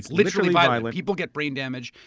literally violent. people get brain damage.